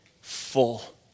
full